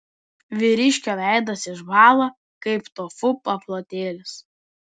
vyriškio veidas išbąla kaip tofu paplotėlis